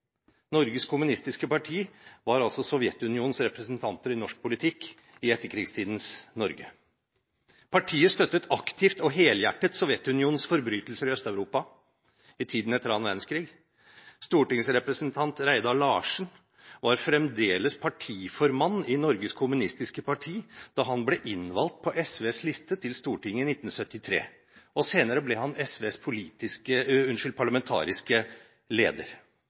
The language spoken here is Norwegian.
Norges Kommunistiske Parti var altså Sovjetunionens representanter i norsk politikk i etterkrigstidens Norge. Partiet støttet aktivt og helhjertet Sovjetunionens forbrytelser i Øst-Europa i tiden etter annen verdenskrig. Stortingsrepresentant Reidar Larsen var fremdeles partiformann i Norges Kommunistiske Parti da han ble innvalgt på SVs liste til Stortinget i 1973, og senere ble han SVs parlamentariske leder.